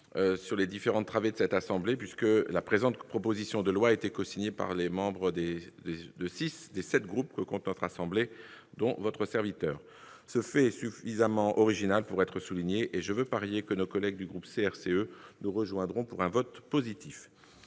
sur les différentes travées de cet hémicycle, puisque la présente proposition de loi a été cosignée par des membres de six des sept groupes que compte notre assemblée, dont votre serviteur. Ce fait est suffisamment original pour être souligné, et je veux parier que nos collègues du groupe CRCE nous rejoindront pour un vote positif.